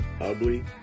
ugly